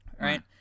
right